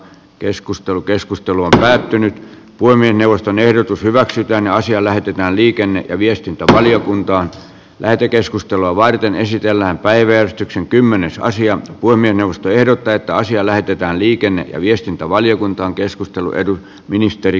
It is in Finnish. keskustelu keskustelu on päättynyt poimi neuvoston ehdotus hyväksytään asia lähetetään liikenne ja viestintävaliokuntaan lähetekeskustelua varten esitellään päivystyksen kymmenessä asia kuin puhemiesneuvosto ehdottaa että asia lähetetään liikenne ja viestintävaliokuntaan